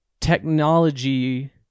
technology